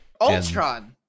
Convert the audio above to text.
Ultron